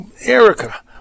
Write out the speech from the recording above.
Erica